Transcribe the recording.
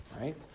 right